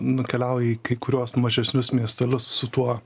nukeliauji į kai kuriuos mažesnius miestelius su tuo